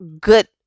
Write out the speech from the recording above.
good